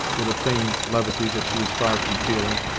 with a feigned levity that she was far from feeling.